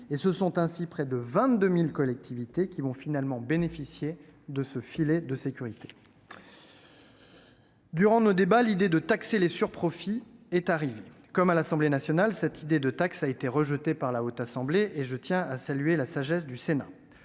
Ce sont ainsi près de 22 000 collectivités qui bénéficieront finalement de ce filet de sécurité. Durant les débats, l'idée de taxer les surprofits est arrivée. Comme à l'Assemblée nationale, cette idée a été rejetée par la Haute Assemblée, et je tiens à saluer la sagesse du Sénat.